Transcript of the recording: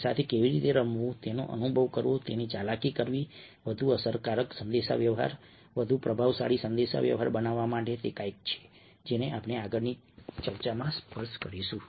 તેની સાથે કેવી રીતે રમવું તેનો અનુભવ કરવો તેની ચાલાકી કરવી વધુ અસરકારક સંદેશાવ્યવહાર વધુ પ્રભાવશાળી સંદેશાવ્યવહાર બનાવવા માટે તે કંઈક છે જેને આપણે આગળની ચર્ચામાં સ્પર્શ કરીશું